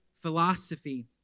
philosophy